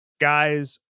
guys